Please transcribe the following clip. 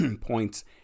points